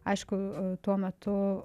aišku tuo metu